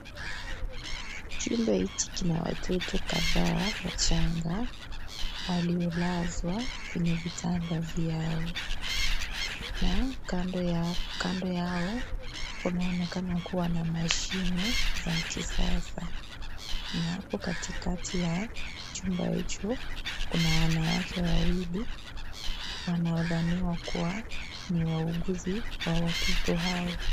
Chuma hiki kina watoto kadhaa wachanga, waliolazwa kwenye vitanda vyao, na kando yao kunaonekana kuwa na mashine za kisasa. Na hapo katikati ya chumba hicho, kuna wanawake wawili wanaodhaniwa kuwa ni wauguzi wa watoto hao.